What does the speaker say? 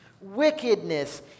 wickedness